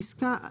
פסקה (4)